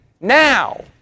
now